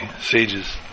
sages